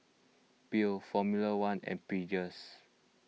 Biore formula one and Pringles